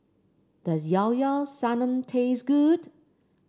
does Llao Llao Sanum taste good